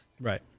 Right